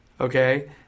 Okay